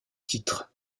titre